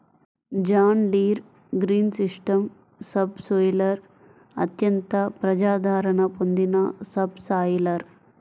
John Deere green system subsoiler అత్యంత ప్రజాదరణ పొందిన సబ్ సాయిలర్